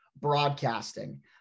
broadcasting